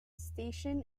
station